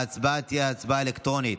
ההצבעה תהיה הצבעה אלקטרונית.